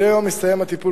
מדי יום מסתיים הטיפול,